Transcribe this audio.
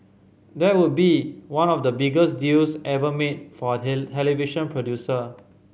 that would be one of the biggest deals ever made for a television producer